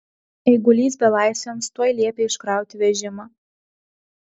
eigulys belaisviams tuoj liepė iškrauti vežimą